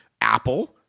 Apple